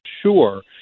sure